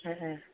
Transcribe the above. Om Om